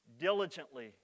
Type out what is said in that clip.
diligently